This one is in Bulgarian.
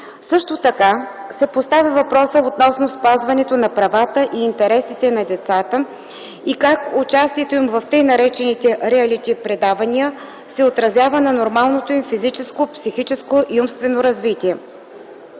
Също така се поставя въпросът относно спазването на правата и интересите на децата и как участието им в т.нар. реалити предавания се отразява на нормалното им физическо, психическо и умствено развитие.